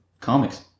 comics